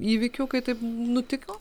įvykių kai taip nutiko